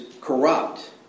corrupt